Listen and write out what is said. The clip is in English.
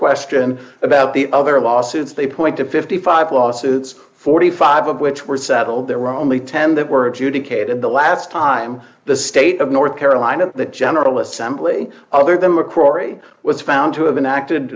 question about the other lawsuits they point to fifty five lawsuits forty five of which were settled there were only ten that were due to kate and the last time the state of north carolina the general assembly other than mccrory was found to have been acted